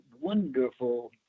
wonderful